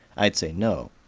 i'd say no.